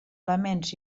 elements